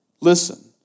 listen